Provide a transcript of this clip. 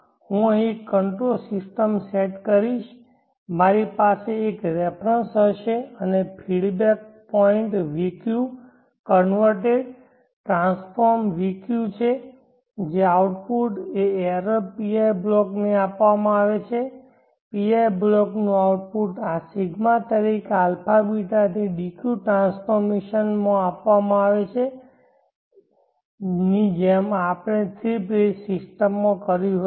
હું અહીં control system set કરીશ મારી પાસે એક રેફરન્સ હશે અને feedback point vq converted transformed vq છે જે આઉટપુટ એ એરર PI બ્લોકને આપવામાં આવે છે PI બ્લોકનું આઉટપુટ આ ρ તરીકે αβ થી dq ટ્રાન્સફોર્મેશન આપવામાં આવે છે ની જેમ આપણે થ્રી ફેઝ સિસ્ટમમાં કર્યું હતું